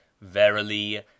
verily